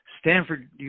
Stanford